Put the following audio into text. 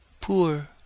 Poor